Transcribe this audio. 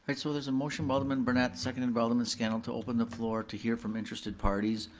and so there's a motion by alderman brunette, seconded by alderman scannell, to open the floor to hear from interested parties.